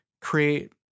create